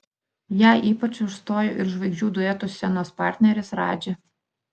ją ypač užstojo ir žvaigždžių duetų scenos partneris radži